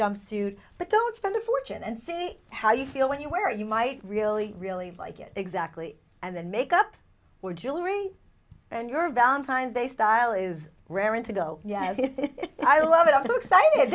jumpsuit but don't spend a fortune and see how you feel when you where you might really really like it exactly and then make up your jewelry and your valentine's day style is raring to go yes i love it i'm so excited